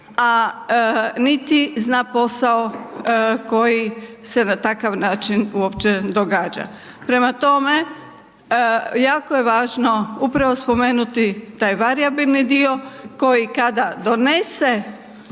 a niti zna posao koji se na takav način uopće događa. Prema tome, jako je važno upravo spomenuti taj varijabilni dio koji kada donese